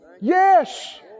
Yes